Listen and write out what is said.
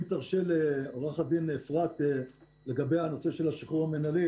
אם תרשה לעורכת הדין אפרת להתייחס לנושא השחרור המינהלי,